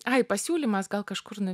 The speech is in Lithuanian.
ai pasiūlymas gal kažkur nu